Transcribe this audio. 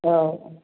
औ